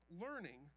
learning